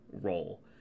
role